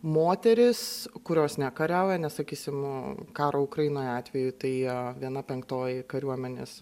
moterys kurios nekariauja nes sakysim karo ukrainoje atveju tai viena penktoji kariuomenės